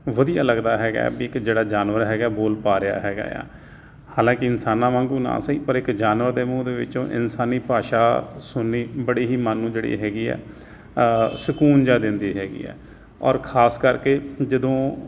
ਵਧੀਆ ਲੱਗਦਾ ਹੈਗਾ ਵੀ ਇੱਕ ਜਿਹੜਾ ਜਾਨਵਰ ਹੈਗਾ ਬੋਲ ਪਾ ਰਿਹਾ ਹੈਗਾ ਆ ਹਾਲਾਂਕਿ ਇਨਸਾਨਾਂ ਵਾਂਗੂੰ ਨਾ ਸਹੀ ਪਰ ਇੱਕ ਜਾਨਵਰ ਦੇ ਮੂੰਹ ਦੇ ਵਿੱਚੋਂ ਇਨਸਾਨੀ ਭਾਸ਼ਾ ਸੁਣਨੀ ਬੜੀ ਹੀ ਮਨ ਨੂੰ ਜਿਹੜੀ ਹੈਗੀ ਹੈ ਸਕੂਨ ਜਿਹਾ ਦਿੰਦੀ ਹੈਗੀ ਆ ਔਰ ਖ਼ਾਸ ਕਰਕੇ ਜਦੋਂ